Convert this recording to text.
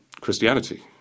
Christianity